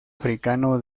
africano